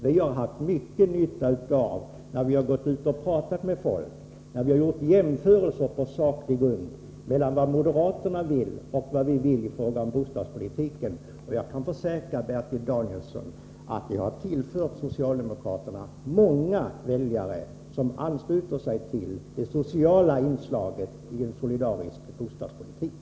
Vi har haft stor nytta av detta faktum, när vi har gått ut och pratat med folk och gjort jämförelser på saklig grund mellan vad moderaterna vill och vad vi vill i bostadspolitiken. Jag kan försäkra, Bertil Danielsson, att det har tillfört socialdemokraterna många nya väljare, som ansluter sig till det sociala inslaget i en solidarisk bostadspolitik.